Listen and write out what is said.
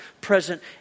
present